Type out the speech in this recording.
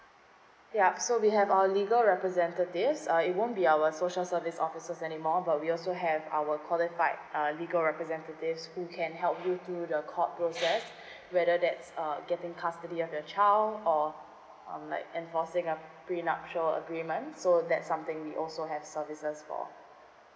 yup so we have our legal representatives uh it won't be our social service officers anymore but we also have our qualified uh legal representatives who can help you do the court process whether that's uh getting custody of your child or um like enforcing a bring up show agreement so that's something we also have services for